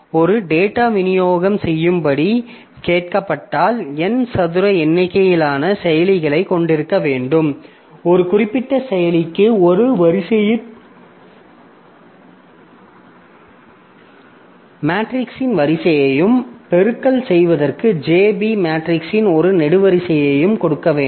ஒரு டேட்டா விநியோகம் செய்யும்படி கேட்கப்பட்டால் N சதுர எண்ணிக்கையிலான செயலிகளைக் கொண்டிருக்க வேண்டும் ஒரு குறிப்பிட்ட செயலிக்கு ஒரு வரிசையின் மேட்ரிக்ஸின் வரிசையையும் பெருக்கல் செய்வதற்கு J B மேட்ரிக்ஸின் ஒரு நெடுவரிசையையும் கொடுக்க வேண்டும்